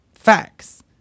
facts